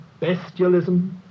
bestialism